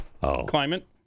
climate